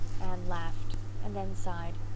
anne laughed and then sighed.